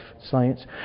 science